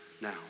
now